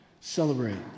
Celebrate